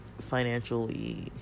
financially